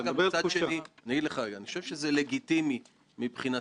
גם לאור מה שאתה רואה שנעשה פה היום ולאור התנהלות שאני מתנהל,